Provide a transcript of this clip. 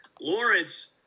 Lawrence